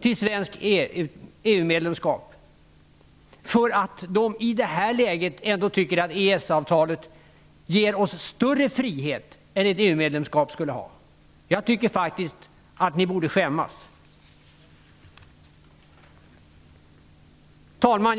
till svenskt EU-medlemskap, därför att de i det här läget ändå tycker att EES-avtalet ger Sverige större frihet än ett EU-medlemskap skulle ge. Jag tycker faktiskt att ni borde skämmas. Fru talman!